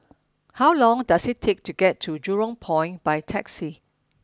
how long does it take to get to Jurong Point by taxi